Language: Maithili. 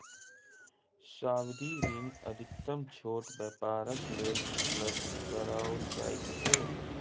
सावधि ऋण अधिकतम छोट व्यापारक लेल उपलब्ध कराओल जाइत अछि